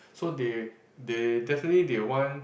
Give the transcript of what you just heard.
so they they definitely they want